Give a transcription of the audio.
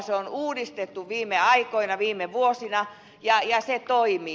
se on uudistettu viime aikoina viime vuosina ja se toimii